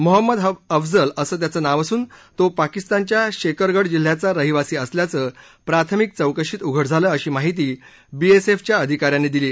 मोहम्मद अफझल असं त्याचं नाव असून तो पाकिस्तानच्या शेकरगड जिल्ह्याचा रहिवासी असल्याचं प्राथमिक चौकशीत उघड झालं अशी माहिती बीएसएफच्या अधिकाऱ्यांनी दिली